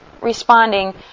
responding